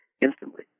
instantly